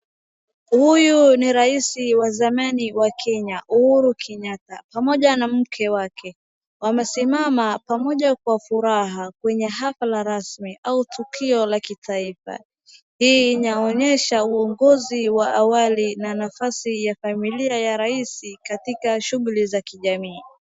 Huyu ni rais wazamani wa Kenya Uhuru Kenyatta pamoja na mke wake, wamesimama pamoja kwa furaha kwenye hafla rasmi au tukio la kitaifa. Hii inaonyesha uwongozi wa awali na nafasi ya familia ya rais katika shughuli za kijamii.